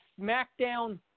SmackDown